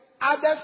others